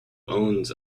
owns